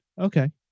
Okay